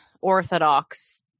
Orthodox